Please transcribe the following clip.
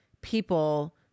people